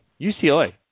UCLA